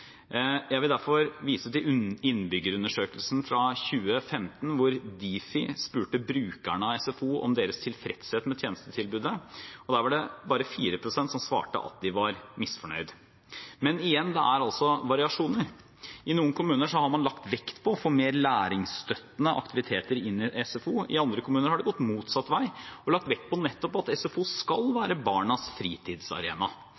Jeg vil derfor vise til Innbyggerundersøkelsen fra 2015, hvor Difi, Direktoratet for forvaltning og IKT, spurte brukerne om deres tilfredshet med tjenestetilbudet, og der var det bare 4 pst. som svarte at de var misfornøyd. Men igjen: Det er variasjoner. I noen kommuner har man lagt vekt på å få mer læringsstøttende aktiviteter inn i SFO. I andre kommuner har man gått motsatt vei og lagt vekt på at SFO nettopp skal